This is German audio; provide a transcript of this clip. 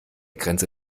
grenze